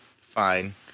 fine